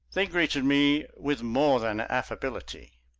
they greeted me with more than affability.